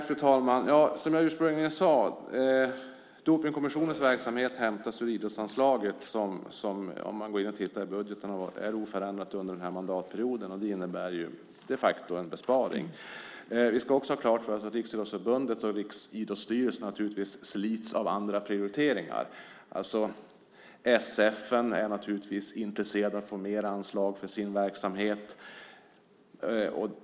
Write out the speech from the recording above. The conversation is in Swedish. Fru talman! Dopingkommissionens verksamhet finansieras ur idrottsanslaget. Vi har sett i budgetarna att anslaget har varit oförändrat under mandatperioden, och det innebär de facto en besparing. Vi ska också ha klart för oss att Riksidrottsförbundet och Riksidrottsstyrelsen naturligtvis slits av andra prioriteringar. Specialförbunden är naturligtvis intresserade av att få mer anslag för sina verksamheter.